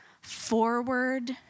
forward